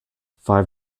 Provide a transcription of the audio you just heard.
five